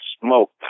smoke